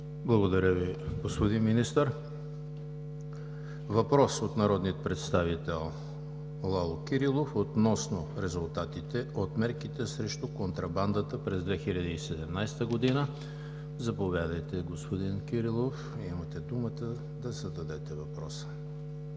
Благодаря Ви, господин министър. Въпрос от народния представител Лало Кирилов относно резултатите от мерките срещу контрабандата през 2017 г. Заповядайте, господин Кирилов – имате думата да зададете въпроса.